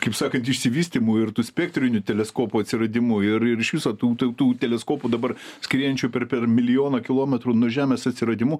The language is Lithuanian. kaip sakant išsivystymu ir tų spektrinių teleskopų atsiradimu ir ir iš viso tų tų tų teleskopų dabar skriejančių per per milijoną kilometrų nuo žemės atsiradimu